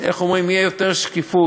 איך אומרים, שתהיה יותר שקיפות.